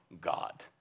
God